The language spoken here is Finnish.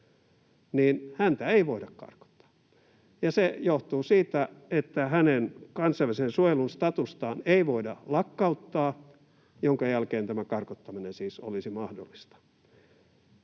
Suomessa, ei voida karkottaa, ja se johtuu siitä, että hänen kansainvälisen suojelun statustaan ei voida lakkauttaa, minkä jälkeen tämä karkottaminen siis olisi mahdollista.